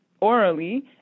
orally